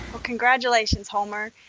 congratulations homer.